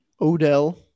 Odell